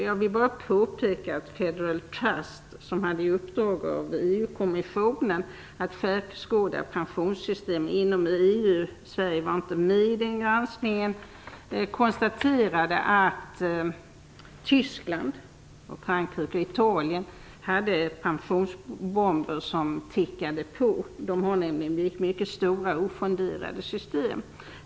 Jag vill här bara påpeka att Federal Trust, som fått i uppdrag av EU-kommissionen att skärskåda pensionssystemen inom EU - Sverige var inte med beträffande den granskningen - har konstaterat att Tyskland, Frankrike och Italien har pensionsbomber som tickar på. Dessa länder har nämligen mycket stora ofonderade system.